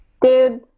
Dude